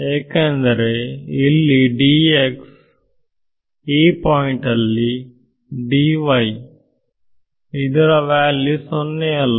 ಏಕೆಂದರೆ ಇಲ್ಲಿ ಈ ಪಾಯಿಂಟ್ನಲ್ಲಿ ಇದರ ವ್ಯಾಲ್ಯೂ ಸೊನ್ನೆಯಲ್ಲ